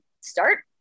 start